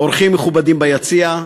אורחים מכובדים ביציע,